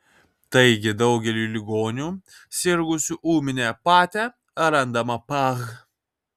taigi daugeliui ligonių sirgusių ūmine pate randama pah